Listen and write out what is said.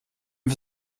für